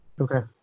Okay